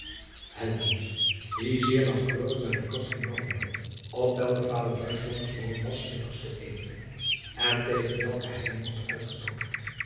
die zeer naauwkeurig naar de klok vernomen had op welke vader gewoon was s middags te eten en tegen welke hij hem had uitgenoodigd